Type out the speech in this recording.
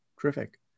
terrific